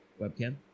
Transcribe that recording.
webcam